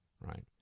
right